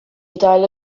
italia